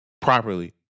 properly